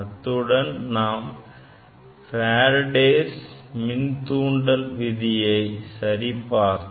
அத்துடன் நாம் Faradays மின்தூண்டல் விதியை சரி பார்த்தோம்